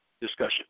discussion